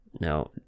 No